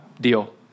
Deal